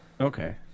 Okay